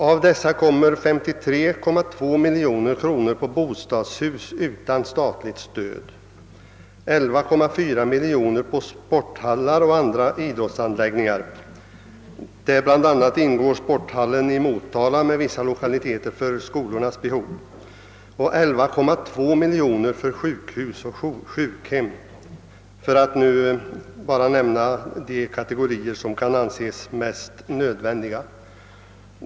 Av detta belopp kommer 53,2 miljoner kronor på bostadshus utan statligt stöd, 11,4 miljoner på sporthallar och andra idrottsanläggningar — vari bl.a. ingår sporthallen i Motala med vissa lokaliteter för skolornas behov — och 11,2 miljoner för sjukhus och sjukhem, för att nu bara nämna de kategorier som kan anses mest nödvändiga.